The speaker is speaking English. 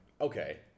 okay